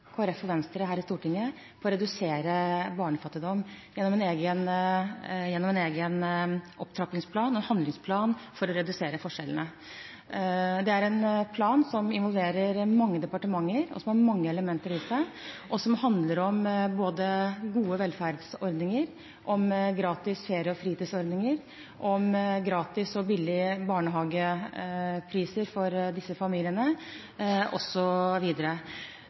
og Venstre her i Stortinget på å redusere barnefattigdom gjennom en egen opptrappingsplan og handlingsplan for å redusere forskjellene. Det er en plan som involverer mange departementer, og som har mange elementer i seg, og som handler både om gode velferdsordninger, om gratis ferie- og fritidsordninger, om gratis og billig barnehage for disse familiene,